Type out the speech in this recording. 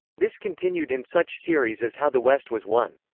this continued in such series as how the west was won.